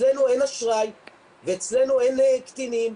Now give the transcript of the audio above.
אצלנו אין אשראי ואצלנו אין קטינים.